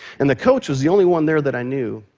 and the coach was the only one there that i knew,